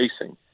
facing